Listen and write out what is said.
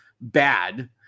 bad